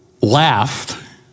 laughed